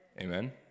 Amen